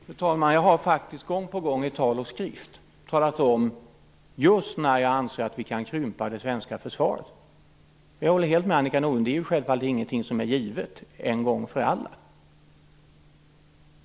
Fru talman! Jag har faktiskt gång på gång, i tal och i skrift, talat om just när jag anser att vi kan krympa det svenska försvaret. Jag håller helt med Annika Nordgren om att detta är självfallet ingenting som är givet en gång för alla.